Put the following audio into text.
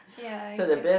ya I guess